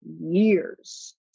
years